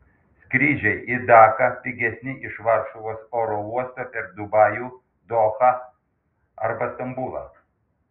skrydžiai į daką pigesni iš varšuvos oro uosto per dubajų dohą arba stambulą